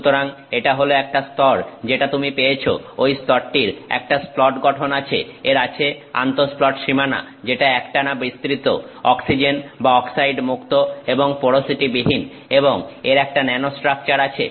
সুতরাং এটা হল একটা স্তর যেটা তুমি পেয়েছো ঐ স্তরটির একটা স্প্লট গঠন আছে এর আছে আন্তঃস্প্লট সীমানা যেটা একটানা বিস্তৃত অক্সিজেন বা অক্সাইড মুক্ত এবং পোরোসিটি বিহীন এবং এর একটা ন্যানোস্ট্রাকচার আছে